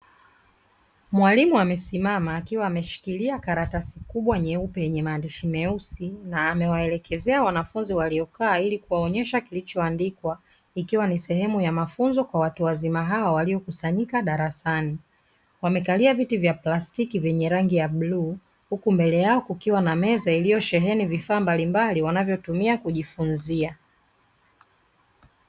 Mwalimu amesimama akiwa ameshikilia karatasi kubwa nyeupe yenye maandishi meusi na amewaelekezea wanafunzi waliokaa, ili kuwaonesha kilichoandikwa ikiwa ni sehemu ya mafunzo kwa watu wazima hao waliokusanyika darasani, wamekalia viti vya plastiki vyenye rangi ya bluu huku mbele yao kukiwa na meza iliyosheheni vifaa mbali mbali wanavyotumia kujifunzia.